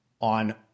on